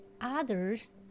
others